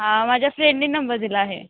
हां माझ्या फ्रेंडने नंबर दिला आहे